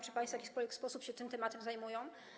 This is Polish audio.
Czy państwo w jakikolwiek sposób się tym tematem zajmują?